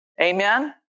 Amen